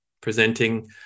presenting